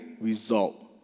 result